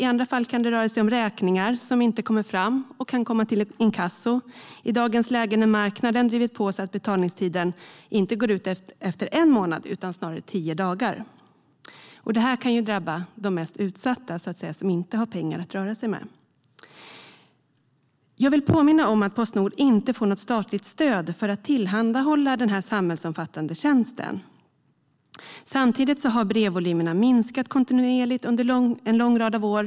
I andra fall kan det röra sig om räkningar som inte kommer fram och som i dagens läge kan gå till inkasso när marknaden driver på så att betalningstiden inte går ut efter en månad utan snarare efter tio dagar. Det kan drabba de mest utsatta - de som inte har pengar att röra sig med. Jag vill påminna om att Postnord inte får något statligt stöd för att tillhandahålla den samhällsomfattande tjänsten. Samtidigt har brevvolymerna minskat kontinuerligt under en lång rad av år.